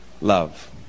love